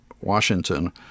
Washington